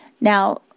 Now